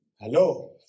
hello